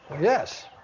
Yes